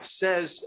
says